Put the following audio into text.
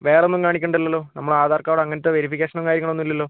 വേറെ ഒന്നും കാണിക്കേണ്ടല്ലോ നമ്മൾ ആധാർ കാർഡ് അങ്ങനത്തെ വെരിഫിക്കേഷനും കാര്യങ്ങൾ ഒന്നും ഇല്ലല്ലോ